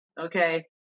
Okay